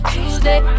Tuesday